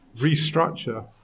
restructure